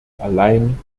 allein